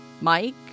Mike